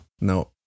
No